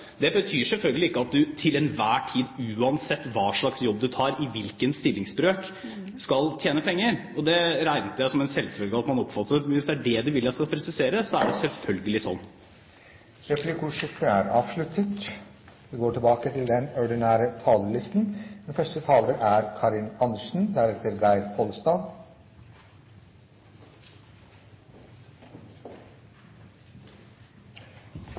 Det betyr selvfølgelig ikke at man til enhver tid – uansett hva slags jobb man tar, uansett i hvilken stillingsbrøk – skal tjene penger. Jeg regnet det som en selvfølge at man oppfattet det. Hvis det er det representanten vil at jeg skal presisere, er det selvfølgelig sånn. Replikkordskiftet er avsluttet. To år etter at finanskrisen rullet over oss, er det færre som er